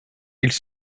ils